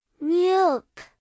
Milk